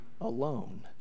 alone